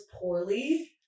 poorly